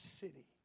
city